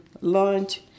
lunch